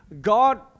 God